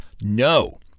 no